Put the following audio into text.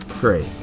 Great